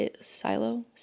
Silo